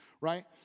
Right